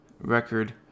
record